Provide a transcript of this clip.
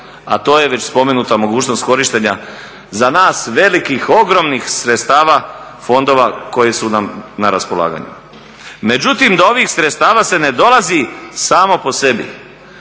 a to je već spomenuta mogućnost korištenja za nas velikih ogromnih sredstava fondova koji su nam na raspolaganju. Međutim, do ovih sredstava se ne dolazi samo po sebi.